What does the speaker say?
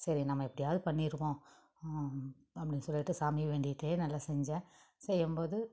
சரி நம்ம எப்படியாவது பண்ணிடுவோம் அப்படின்னு சொல்லிட்டு சாமியை வேண்டிட்டு நல்லா செஞ்சேன் செய்யும் போது